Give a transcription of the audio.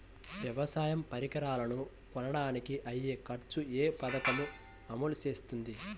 వ్యవసాయ పరికరాలను కొనడానికి అయ్యే ఖర్చు ఏ పదకము అమలు చేస్తుంది?